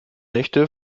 nächte